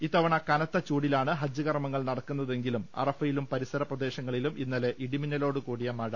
ഇത്തവണ കനത്ത ചൂടിലാണ് ഹജ്ജ് കർമങ്ങൾ നടക്കുന്നതെങ്കിലും അറഫയിലും പരിസര പ്രദേശങ്ങളിലും ഇന്നലെ ഇടിമിന്നലോടുകൂടിയ മഴ ലഭിച്ചിരുന്നു